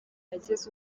yarageze